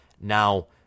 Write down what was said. Now